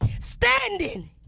standing